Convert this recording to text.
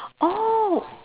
oh